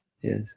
Yes